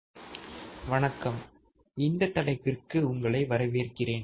செயல்பாட்டு பெருக்கியின் உள்ளமைவு நிபந்தனைகள் வணக்கம் இந்த தலைப்பிற்கு உங்களை வரவேற்கிறேன்